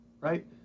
right